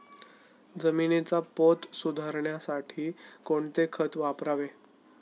जमिनीचा पोत सुधारण्यासाठी कोणते खत वापरावे?